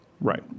Right